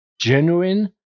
genuine